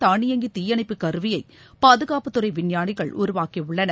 தானியங்கி தீயணைப்பு கருவியை பாதுகாப்புத்துறை விஞ்ஞானிகள் உருவாக்கி உள்ளனர்